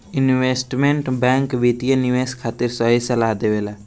investment bank वित्तीय निवेश खातिर सही सलाह देबेला